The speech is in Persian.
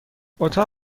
اتاق